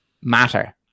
matter